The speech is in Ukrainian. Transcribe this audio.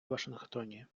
вашингтоні